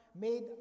made